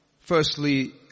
Firstly